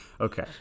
Okay